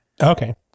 Okay